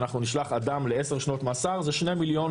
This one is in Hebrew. נשלח אדם לעשר שנות מאסר זה 2 מיליון